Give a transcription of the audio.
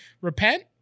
repent